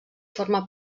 forma